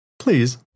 please